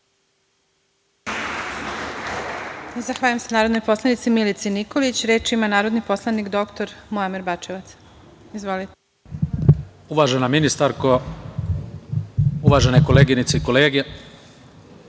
Zahvaljujem se narodnoj poslanici Milici Nikolić. Reč ima narodni poslanik dr Muamer Bačevac. Izvolite. **Muamer Bačevac** Uvažena ministarko, uvažene koleginice i kolege,